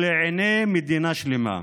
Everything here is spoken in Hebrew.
ולעיני מדינה שלמה.